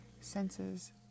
senses